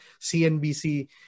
CNBC